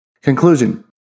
Conclusion